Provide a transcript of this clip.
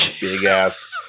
big-ass